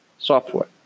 Software